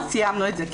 סיימנו את זה.